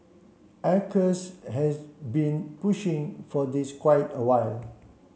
acres has been pushing for this for quite a while